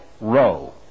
row